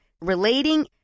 relating